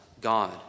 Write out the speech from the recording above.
God